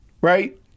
Right